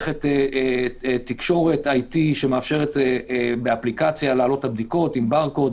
מערכת תקשורת IT שמאפשרת להעלות את הבדיקות באפליקציה עם ברקוד,